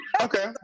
Okay